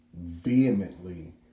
vehemently